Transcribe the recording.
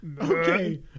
Okay